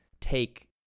take